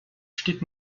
steht